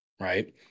Right